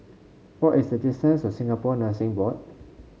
what is the distance to Singapore Nursing Board